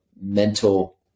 mental